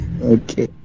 Okay